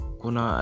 kuna